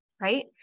Right